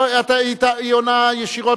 לא, היא עונה ישירות.